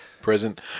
Present